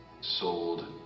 sold